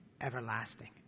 everlasting